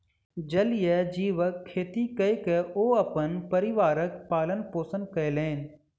जलीय जीवक खेती कय के ओ अपन परिवारक पालन पोषण कयलैन